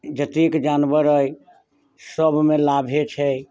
जतेक जानवर अइ सभमे लाभे छै